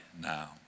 now